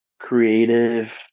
creative